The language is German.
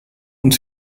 und